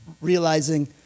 realizing